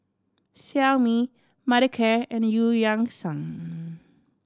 Xiaomi Mothercare and Eu Yan Sang